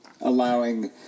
allowing